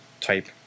type